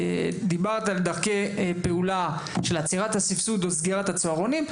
דיברת על דרכי פעולה של עצירת הסבסוד או סגירת הצהרונים,